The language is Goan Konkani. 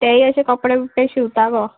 तेय अशें कपडे बिपडे शिवता गो